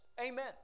Amen